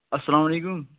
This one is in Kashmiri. اَسلامُ علیکُم